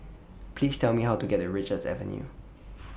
Please Tell Me How to get to Richards Avenue